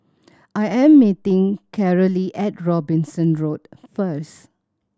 I am meeting Carolee at Robinson Road first